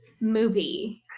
movie